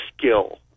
skill